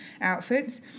outfits